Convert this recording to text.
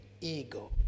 ego